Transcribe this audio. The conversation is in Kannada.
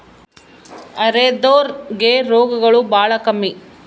ಅರೆದೋರ್ ಗೆ ರೋಗಗಳು ಬಾಳ ಕಮ್ಮಿ